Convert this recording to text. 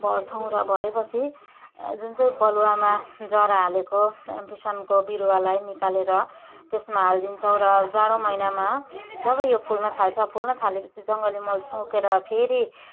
भर्छौँ र भरेपछि जुन चाहिँ बलुवामा जरा हालेको एम्फिसनको बिरुवालाई निकालेर त्यसमा हालिदिन्छौँ र जाडो महिनामा जब यो फुल्न थाल्छ फुल्न थालेपछि जङ्गली मल सुकेर फेरि